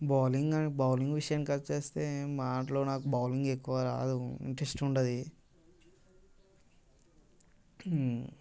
bowling అం bowling విషయానికి వచ్చి మా దాంట్లో నాకు బౌలింగ్ ఎక్కువ రాదు ఇంటరెస్ట్ ఉండదు